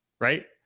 Right